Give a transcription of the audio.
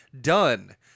done